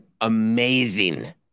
amazing